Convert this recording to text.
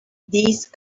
these